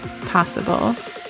possible